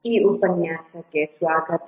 ಈ ಉಪನ್ಯಾಸಕ್ಕೆ ಸ್ವಾಗತ